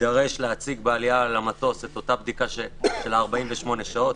יידרש להציג בעלייה למטוס את אותה בדיקה של ה-48 שעות,